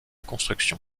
construction